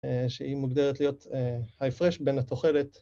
‫שהיא מוגדרת להיות ‫ההפרש בין התוכלת.